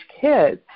kids